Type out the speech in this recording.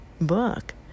book